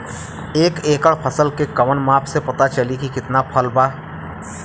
एक एकड़ फसल के कवन माप से पता चली की कितना फल बा?